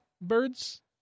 birds